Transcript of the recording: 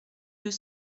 deux